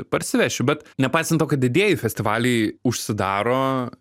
parsivežčiau bet nepaisant to kad didieji festivaliai užsidaro